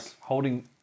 holding